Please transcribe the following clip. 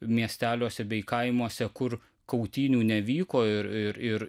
miesteliuose bei kaimuose kur kautynių nevyko ir ir ir